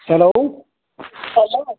hello hello